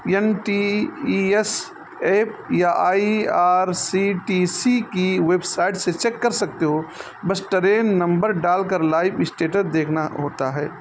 ین T E S app یا I R C T C کی website سے check کر سکتے ہو بس ٹرین نمبر ڈال کر لائیو اسٹیٹس دیکھنا ہوتا ہے